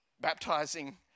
baptizing